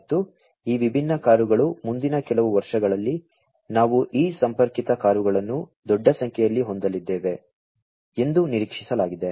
ಮತ್ತು ಈ ವಿಭಿನ್ನ ಕಾರುಗಳು ಮುಂದಿನ ಕೆಲವು ವರ್ಷಗಳಲ್ಲಿ ನಾವು ಈ ಸಂಪರ್ಕಿತ ಕಾರುಗಳನ್ನು ದೊಡ್ಡ ಸಂಖ್ಯೆಯಲ್ಲಿ ಹೊಂದಲಿದ್ದೇವೆ ಎಂದು ನಿರೀಕ್ಷಿಸಲಾಗಿದೆ